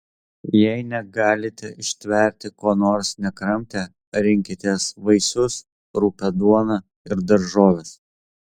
jei negalite ištverti ko nors nekramtę rinkitės vaisius rupią duoną ir daržoves